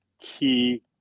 key